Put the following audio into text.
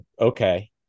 Okay